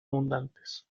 abundantes